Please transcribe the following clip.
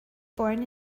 born